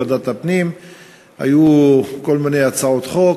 בוועדת הפנים היו כל מיני הצעות חוק.